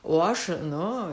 o aš nu